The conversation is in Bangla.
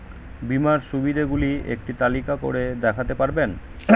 বীমার সুবিধে গুলি একটি তালিকা করে দেখাতে পারবেন?